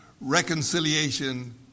reconciliation